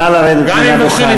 נא לרדת מהדוכן,